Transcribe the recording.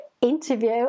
interview